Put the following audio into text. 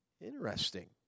Interesting